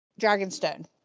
Dragonstone